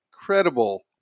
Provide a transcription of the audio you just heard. incredible